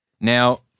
Now